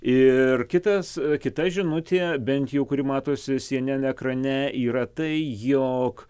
ir kitas kita žinutė bent jau kuri matosi cnn ekrane yra tai jog